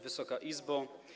Wysoka Izbo!